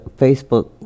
Facebook